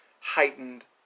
heightened